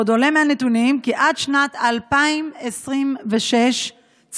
עוד עולה מהנתונים כי עד שנת 2026 צפוי